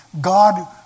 God